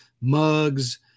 mugs